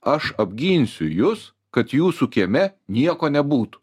aš apginsiu jus kad jūsų kieme nieko nebūtų